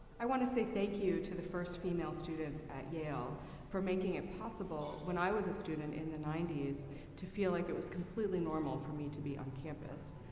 i wanna say thank you to the first female students at yale for making it possible when i was a student in the ninety s to feel like it was completely normal for me to be on campus.